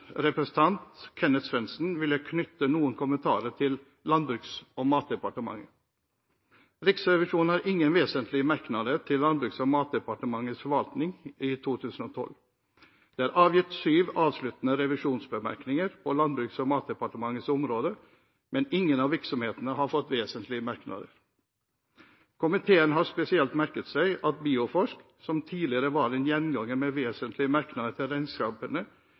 vil jeg knytte noen kommentarer til Landbruks- og matdepartementet. Riksrevisjonen har ingen vesentlige merknader til Landbruks- og matdepartementets forvaltning i 2012. Det er avgitt syv avsluttende revisjonsberetninger på Landbruks- og matdepartementets område, men ingen av virksomhetene har fått vesentlige merknader. Komiteen har spesielt merket seg at Bioforsk, som tidligere var en gjenganger med vesentlige merknader til regnskapene